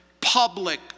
public